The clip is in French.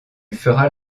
feras